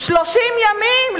30 ימים,